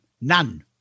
none